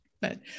but-